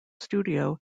studio